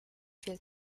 viel